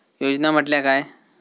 योजना म्हटल्या काय?